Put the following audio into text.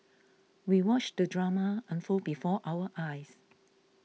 we watched the drama unfold before our eyes